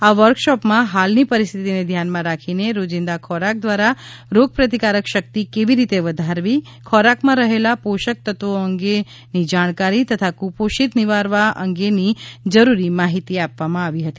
આ વર્કશોપમાં હાલની પરિસ્થિતિને ધ્યાનમાં રાખી રોજીંદા ખોરાક ધ્વારા રોગ પ્રતિકારક શકિત કેવી રીતે વધારવી ખોરાકમાં રહેલા પોષકતત્વો અંગેનફી જાણકારી તથા કુપોષિત નિવારવા અંગેની જરૂરી માહિતી આપવામાં આવી હતી